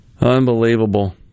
Unbelievable